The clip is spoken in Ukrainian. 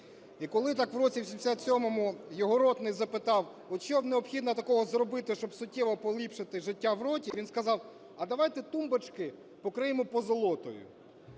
І коли так в році 77-му його ротний запитав: "От що б необхідно такого зробити, щоб суттєво поліпшити життя в роті?" Він сказав: "А давайте тумбочки покриємо позолотою".